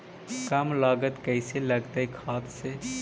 कम लागत कैसे लगतय खाद से?